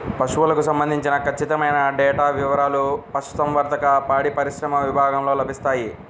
పశువులకు సంబంధించిన ఖచ్చితమైన డేటా వివారాలు పశుసంవర్ధక, పాడిపరిశ్రమ విభాగంలో లభిస్తాయి